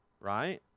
right